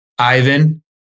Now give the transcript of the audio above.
Ivan